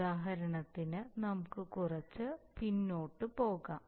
ഉദാഹരണത്തിന് നമുക്ക് കുറച്ച് പിന്നോട്ട് പോകാം